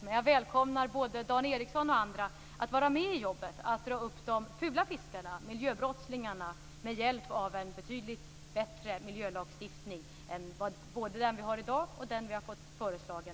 Men jag välkomnar både Dan Ericsson och andra att vara med i jobbet för att dra upp de fula fiskarna - dvs. miljöbrottslingarna - med hjälp av en betydligt bättre miljölagstiftning än den som vi har i dag och den som tidigare var föreslagen.